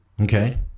Okay